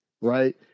right